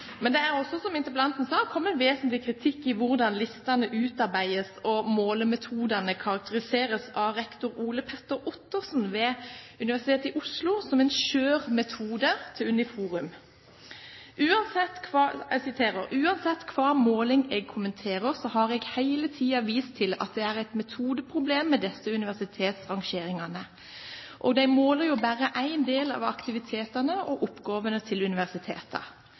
Men det har også, som interpellanten sa, kommet vesentlig kritikk av hvordan listene utarbeides, og målemetodene karakteriseres i Uniforum av rektor Ole Petter Ottersen ved Universitet i Oslo som skjøre metoder: «Uansett, kva måling eg kommenterer, så har eg heile tida vist til at det er eit metodeproblem med desse universitetsrangeringane. Og dei måler jo berre ein del av aktivitetane og oppgåvene til universiteta.